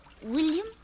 William